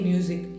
Music